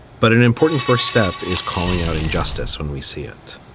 but an important first step is calling out injustice when we see it.